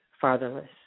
fatherless